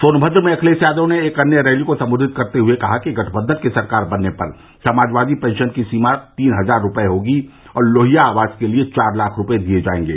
सोनभद्र में अखिलेश यादव ने एक अन्य रैली को सम्बोधित करते हुए कहा कि गठबंधन की सरकार बनने पर समाजवादी पेंशन की सीमा तीन हजार होगी और लोहिया आवास के लिए चार लाख रूपये दिये जायेंगे